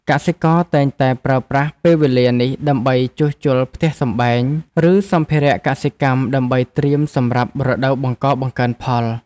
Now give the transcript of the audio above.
កសិករតែងតែប្រើប្រាស់ពេលវេលានេះដើម្បីជួសជុលផ្ទះសម្បែង ឬសម្ភារៈកសិកម្មដើម្បីត្រៀមសម្រាប់រដូវបង្កបង្កើនផល។